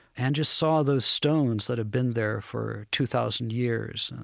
and just saw those stones that had been there for two thousand years,